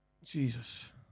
Jesus